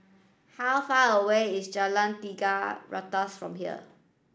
how far away is Jalan Tiga Ratus from here